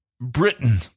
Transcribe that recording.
Britain